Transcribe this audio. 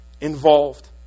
involved